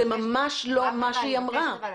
זה ממש לא מה שהיא אמרה.